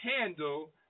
handle